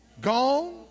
gone